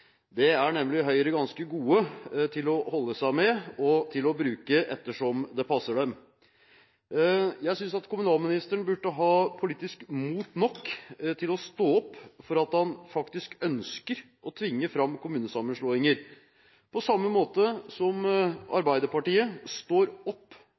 er Høyre nemlig ganske gode til å holde seg med og til å bruke som det passer dem. Jeg synes at kommunalministeren burde ha nok politisk mot til å stå opp for at han faktisk ønsker å tvinge fram kommunesammenslåinger, på samme måte som Arbeiderpartiet står opp